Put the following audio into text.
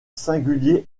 singulier